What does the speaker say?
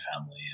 family